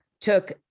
took